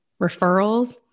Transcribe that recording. referrals